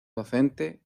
docente